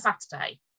saturday